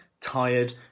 tired